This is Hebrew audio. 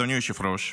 אדוני היושב-ראש?